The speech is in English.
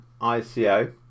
ICO